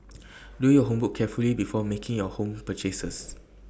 do your homework carefully before making your home purchases